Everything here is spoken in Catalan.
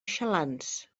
xalans